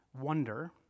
wonder